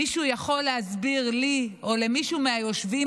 מישהו יכול להסביר לי או למישהו מהיושבים